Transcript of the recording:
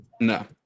No